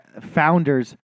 Founders